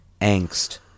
angst